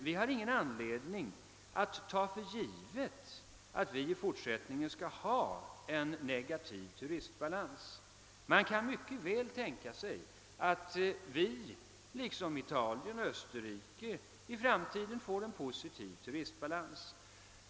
Vi har ingen anledning att ta för givet att vi i fortsättningen skall ha en negativ turistbalans. Man kan mycket väl tänka sig att vi liksom Italien och Österrike i framtiden får en positiv turistbalans.